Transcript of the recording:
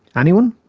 anyone?